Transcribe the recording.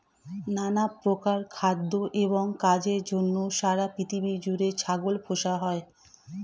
নানা প্রকার খাদ্য এবং কাজের জন্য সারা পৃথিবী জুড়ে ছাগল পোষা হয়